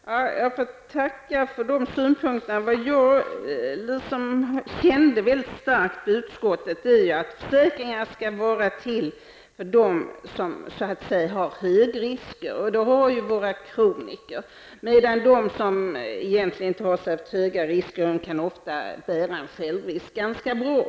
Herr talman! Jag får tacka för de synpunkterna. Vad jag kände mycket starkt i samband med utskottsbehandlingen var att försäkringarna skall vara till för dem med stora risker, exempelvis våra kroniker. De som egentligen inte har särskilt stora risker kan däremot ofta bära en självrisk ganska bra.